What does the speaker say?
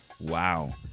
Wow